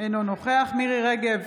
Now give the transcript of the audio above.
אינו נוכח מירי מרים רגב,